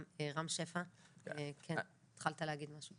כן, רם שפע, התחלת להגיד משהו?